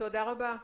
תודה רבה אופיר.